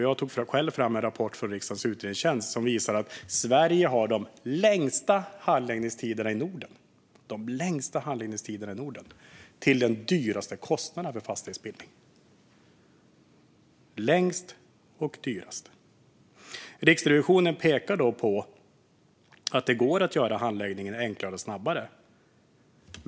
Jag tog emot en rapport från riksdagens utredningstjänst som visar att Sverige har de längsta handläggningstiderna i Norden till den högsta kostnaden för fastighetsbildning - längst och dyrast. Riksrevisionen pekar på att det går att göra handläggningen enklare och snabbare.